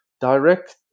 direct